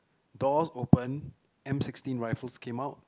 doors open M sixteen rifles came out